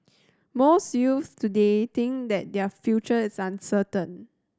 most youths today think that their future is uncertain